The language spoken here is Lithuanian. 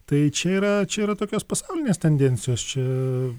tai čia yra čia yra tokios pasaulinės tendencijos čia